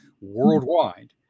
worldwide